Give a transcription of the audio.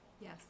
Yes